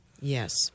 Yes